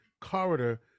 corridor